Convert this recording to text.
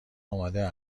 آماده